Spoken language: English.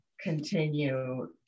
continue